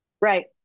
Right